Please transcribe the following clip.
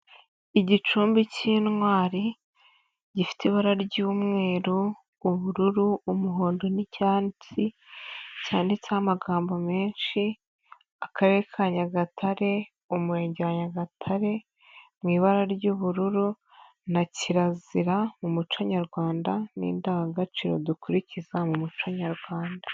Igicumbi cy'intwari gifite ibara ry'umweru, ubururu, umuhondo, n'icyatsi, cyanditseho amagambo menshi, akarere ka Nyagatare, umurenge wa Nyagatare, mu ibara ry'ubururu, na kirazira mu muco nyarwanda n'indangagaciro dukurikiza mu muco nyarwanda.